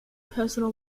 personal